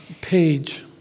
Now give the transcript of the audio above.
page